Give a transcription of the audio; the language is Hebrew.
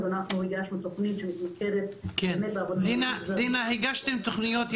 הגשנו תוכנית שמתמקדת, דינה, הגשתם תוכניות יפות.